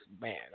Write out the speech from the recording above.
man